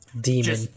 demon